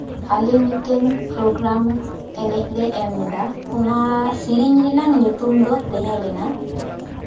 ᱟᱞᱮ ᱢᱤᱫᱴᱟᱱ ᱯᱨᱳᱜᱨᱟᱢ ᱮᱱᱮᱡ ᱞᱮ ᱮᱢ ᱞᱮᱫᱟ ᱚᱱᱟ ᱥᱮᱨᱮᱧ ᱨᱮᱱᱟᱝ ᱧᱩᱛᱩᱢ ᱫᱚ ᱛᱟᱦᱮᱸ ᱞᱮᱱᱟ